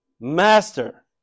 Master